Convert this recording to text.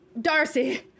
Darcy